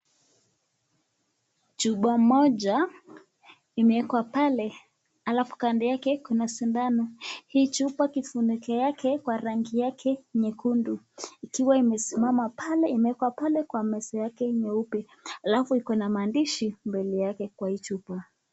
Chupa moja imewekwa pale alafu kando yake kuna sidano, hii chupa kifuniko yake kwa rangi yake nyekundu ikiwa imesimama pale imewekwa pale kwa meza yake nyeupe alafu iko na maandishi mbele yake kwa hii chupa.